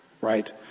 Right